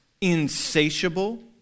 insatiable